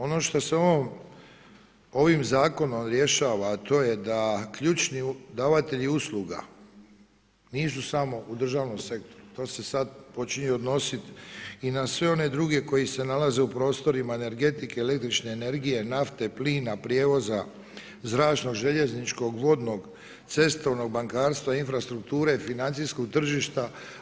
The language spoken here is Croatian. Ono što se ovim zakonom rješava a to je da ključni davatelji usluga nisu samo u državnom sektoru, to se sada počinje odnositi i na sve one druge koji se nalaze u prostorima energetike, električne energije, nafte, plina, prijevoza, zračnog, željezničkog, vodnog, cestovnog, bankarstva, infrastrukture, financijskog tržišta.